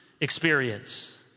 experience